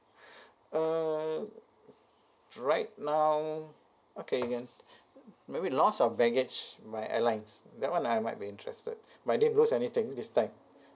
uh right now okay can maybe loss of baggage by airlines that one I might be interested but I didn't lose anything this time